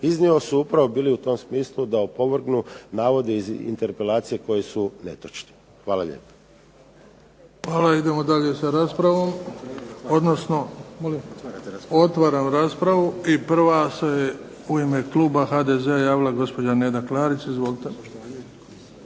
iznio su upravo bili u tom smislu da opovrgnu navode iz interpelacije koji su netočni. Hvala lijepa. **Bebić, Luka (HDZ)** Hvala. Idemo dalje sa raspravom. Otvaram raspravu. I prva se u ime Kluba HDZ-a javila gospođa Neda Klarić. Izvolite.